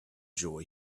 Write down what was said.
joy